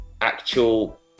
actual